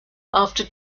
after